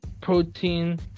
protein